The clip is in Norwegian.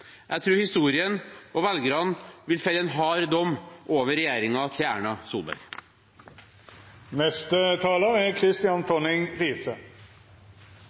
Jeg tror historien og velgerne vil felle en hard dom over regjeringen til Erna